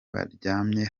baryamye